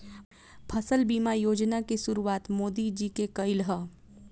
प्रधानमंत्री फसल बीमा योजना के शुरुआत मोदी जी के कईल ह